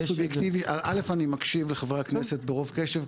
קודם כל אני מקשיב לחברי הכנסת ברוב קשב,